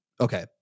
Okay